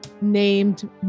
named